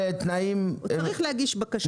הוא צריך להגיש בקשה.